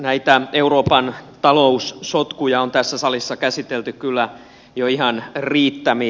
näitä euroopan taloussotkuja on tässä salissa käsitelty kyllä jo ihan riittämiin